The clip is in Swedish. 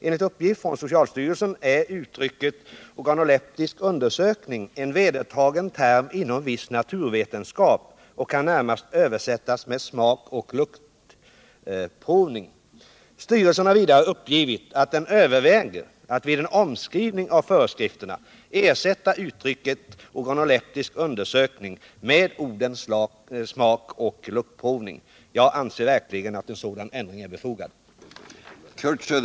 Enligt uppgift från socialstyrelsen är uttrycket organoleptisk undersökning en vedertagen term inom viss naturvetenskap och kan närmast översättas med ”smakoch luktprovning”. Styrelsen har vidare uppgivit att den överväger att vid en omskrivning av föreskrifterna ersätta uttrycket organo leptisk undersökning med orden smakoch luktprovning. Jag anser verkligen att en sådan ändring är befogad.